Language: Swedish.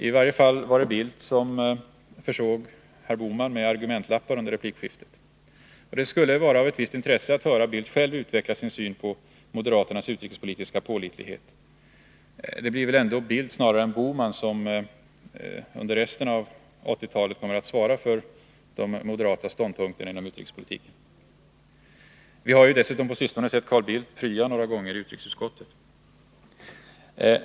I varje fall var det Bildt som försåg herr Bohman med argumentlappar under replikskiftet. Det skulle vara av ett visst intresse att höra Carl Bildt själv utveckla sin syn på moderaternas utrikespolitiska pålitlighet. Det blir väl ändå Bildt snarare än Bohman som under resten av 1980-talet kommer att svara för de moderata ståndpunkterna inom utrikespolitiken. Vi har dessutom på sistone sett Carl Bildt prya några gånger i utrikesutskottet.